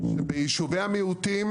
שביישובי המיעוטים